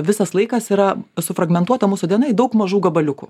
visas laikas yra sufragmentuota mūsų diena į daug mažų gabaliukų